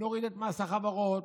נוריד את מס החברות,